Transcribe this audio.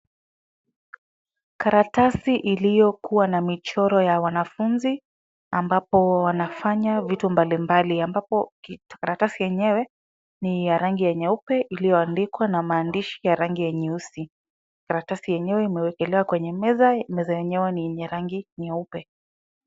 Karatasi iliyokua na michoro ya wanafunzi, ambapo wanafanya vitu mbalimbali , ambapo karatasi yenyewe ni ya rangi nyeupe iliyoandikwa na maandishi ya rangi ya nyeusi, karatasi yenyewe imewekelewa kwenye meza, meza yenyewe ni ya rangi nyeupe.